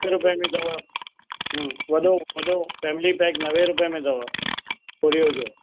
नवे रुपये में अथव वॾो वॾो फैमिली पैक नवे रुपये में अथव ओरियो जो